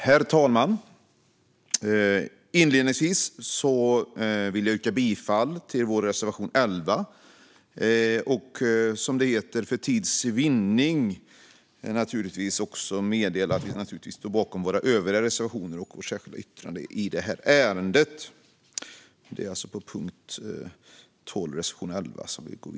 Herr talman! Jag står bakom samtliga våra reservationer och vårt särskilda yttrande men för tids vinning yrkar jag bifall endast till reservation 11.